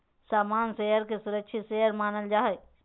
सामान्य शेयर के सुरक्षित शेयर मानल जा हय